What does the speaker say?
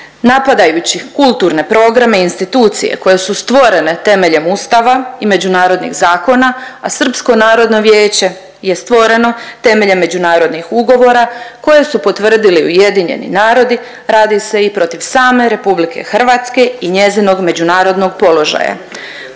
Napadajući kulturne programe institucije koje su stvorene temeljem Ustava i međunarodnih zakona, a Srpsko narodno vijeće je stvoreno temeljem međunarodnih ugovora koje su potvrdili UN, radi se i protiv same RH i njezinog međunarodnog položaja.